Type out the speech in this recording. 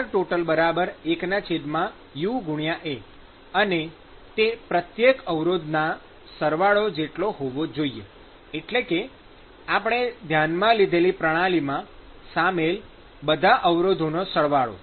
Rtotal 1UA અને તે પ્રત્યેક અવરોધના સરવાળો જેટલો હોવો જોઈએ એટલે કે આપણે ધ્યાનમાં લીધેલી પ્રણાલીમાં સામેલ બધા અવરોધોનો સરવાળો